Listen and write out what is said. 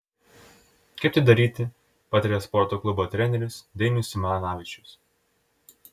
kaip tai daryti pataria sporto klubo treneris dainius simanavičius